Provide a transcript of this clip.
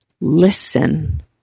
listen